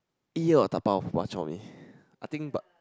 eat here or dabao bak-chor-mee I think but